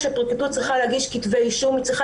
כשהפרקליטות צריכה להגיש כתבי אישום היא צריכה